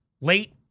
late